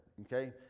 okay